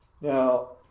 Now